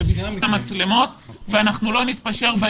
בזכות המצלמות ובעניין הזה אנחנו לא נתפשר.